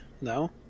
no